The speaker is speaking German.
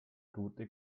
gute